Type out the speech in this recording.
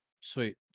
Sweet